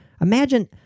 imagine